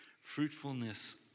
fruitfulness